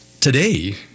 today